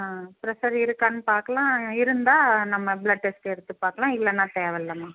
pressure இருக்கான்னு பாக்குளான் இருந்தா நம்ம பிளட் டெஸ்ட்டு எடுத்து பாக்களான் இல்லைன்னா தேவைல்லம்மா